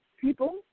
people